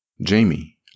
Jamie